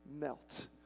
melt